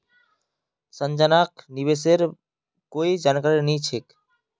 संजनाक निवेशेर कोई जानकारी नी छेक